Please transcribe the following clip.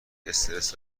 استرس